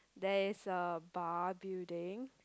there is a bar building